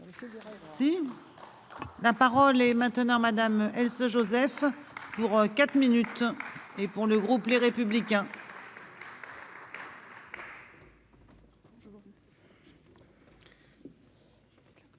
Si la parole est maintenant madame elle se Joseph pour quatre minutes et pour le groupe Les Républicains.